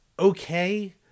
Okay